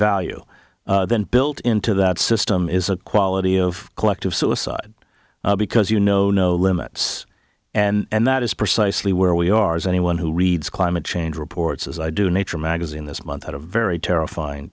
value then built into that system is a quality of collective suicide because you know no limits and that is precisely where we are as anyone who reads climate change reports as i do nature magazine this month had a very terrifying